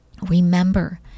Remember